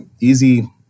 easy